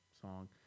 song